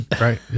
right